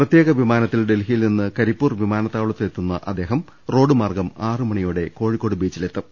പ്രത്യേക വിമാനത്തിൽ ഡൽഹി യിൽ നിന്ന് കരിപ്പൂർ വിമാനത്താവളത്തിലെത്തുന്ന അദ്ദേഹം റോഡ് മാർഗ്ഗം ആറുമണിയോടെ കോഴിക്കോട് ബീച്ചിലെത്തും